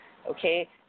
Okay